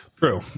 True